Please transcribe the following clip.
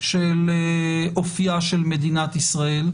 של אופייה של מדינת ישראל.